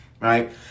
right